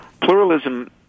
pluralism